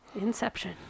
Inception